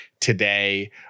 today